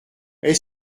est